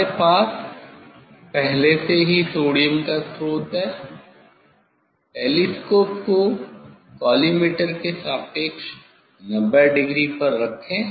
हमारे पास पहले से ही सोडियम का स्रोत है टेलीस्कोप को कॉलीमटोर के सापेक्ष 90 डिग्री पर रखें